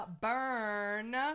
burn